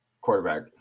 quarterback